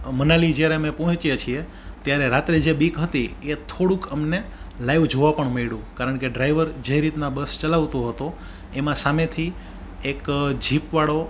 મનાલી જ્યારે અમે પહોંચ્યા છીએ ત્યારે રાત્રે જે બીક હતી એ થોડુંક અમને લાઈવ જોવા પણ મળ્યું કારણ કે ડ્રાઈવર જે રીતના બસ ચલાવતો હતો એમાં સામેથી એક જીપવાળો